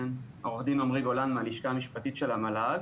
אני מהלשכה המשפטית של המל"ג.